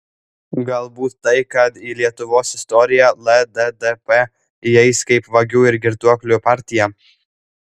galbūt tai kad į lietuvos istoriją lddp įeis kaip vagių ir girtuoklių partija